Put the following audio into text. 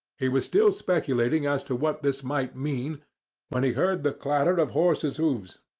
he was still speculating as to what this might mean when he heard the clatter of horse's hoofs,